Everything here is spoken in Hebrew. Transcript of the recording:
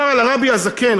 מסופר על הרבי הזקן,